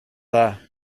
dda